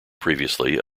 previously